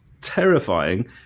terrifying